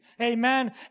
Amen